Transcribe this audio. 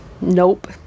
Nope